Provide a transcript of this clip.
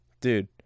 Dude